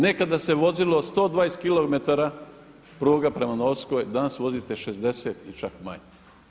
Nekada se vozilo 120 kilometara pruga prema Novskoj, danas vozi tek 60 ili čak manje.